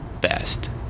best